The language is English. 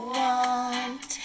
want